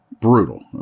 Brutal